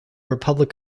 republic